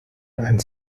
and